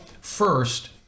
first